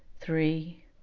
three